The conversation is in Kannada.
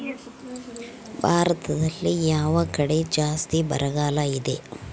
ಭಾರತದಲ್ಲಿ ಯಾವ ಕಡೆ ಜಾಸ್ತಿ ಬರಗಾಲ ಇದೆ?